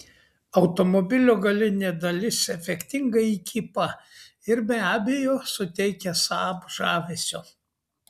automobilio galinė dalis efektingai įkypa ir be abejo suteikia saab žavesio